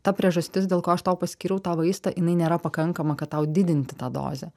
ta priežastis dėl ko aš tau paskyriau tą vaistą jinai nėra pakankama kad tau didinti tą dozę